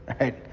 right